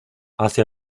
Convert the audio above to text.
hacia